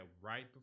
right